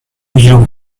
you